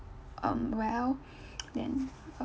um well then um